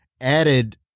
added